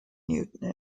newton